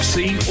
See